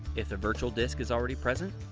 if the virtual disk is already present,